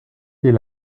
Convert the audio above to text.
est